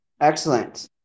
Excellent